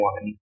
one